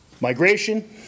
Migration